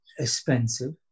Expensive